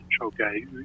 okay